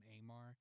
Amar